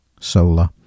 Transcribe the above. solar